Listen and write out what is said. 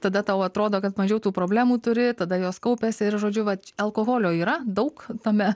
tada tau atrodo kad mažiau tų problemų turi tada jos kaupiasi ir žodžiu vat alkoholio yra daug tame